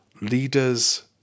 leaders